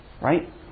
right